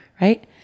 right